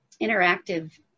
interactive